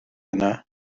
yna